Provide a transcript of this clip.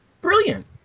Brilliant